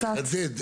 אני מחדד.